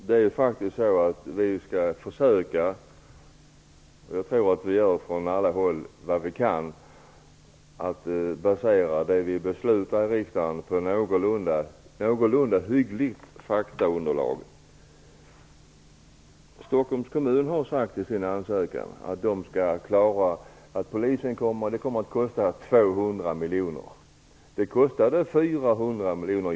Herr talman! Från alla håll försöker vi göra vad vi kan för att basera det som vi beslutar i riksdagen på ett någorlunda hyggligt faktaunderlag. Stockholms kommun har i sin ansökan sagt att polisen kommer att kosta 200 miljoner. Polisen i Göteborg kostade 400 miljoner.